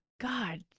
God